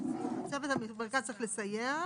המרכז צריך לסייע,